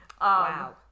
Wow